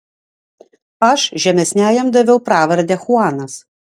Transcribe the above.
aš žemesniajam daviau pravardę chuanas